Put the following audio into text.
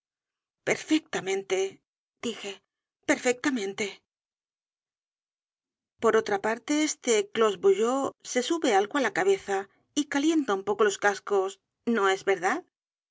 perfectamente dije perfectamente por otra parte este clos vougeot se sube algo á la cabeza y calienta un poco los cascos no es verdad